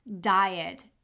diet